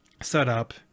setup